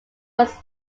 was